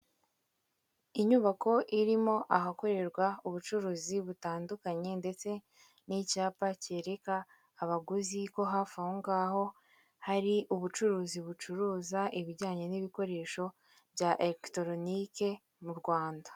Inyubako irimo ahakorerwa ubucuruzi butandukanye ndetse n'icyapa cyereka abaguzi ko hafi aho ngaho, hari ubucuruzi bucuruza ibijyanye n'ibikoresho bya elekitoronike mu Rwanda.